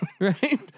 right